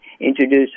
introduce